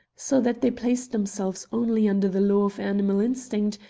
so that they place themselves only under the law of animal instinct,